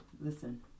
listen